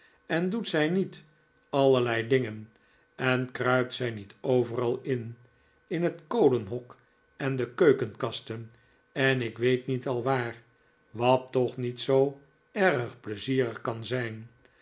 en doet zij niet allerlei dingen en kruipt zij niet overal in in het kolenhok en de keukenkasten en ik weet niet al waar wat toch niet zoo erg pleizierig kan zijn